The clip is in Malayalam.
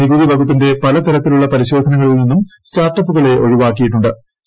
നികുതി വകുപ്പിന്റെ പല തരത്തിലുളള പരിശോധനകളിൽ നിന്നും സ്റ്റാർട്ടപ്പുകളെ ഒഴിവാക്കിയിട്ടു ്